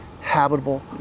habitable